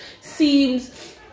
seems